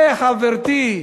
וחברתי,